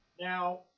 Now